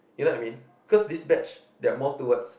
you know I mean cause this batch they are more towards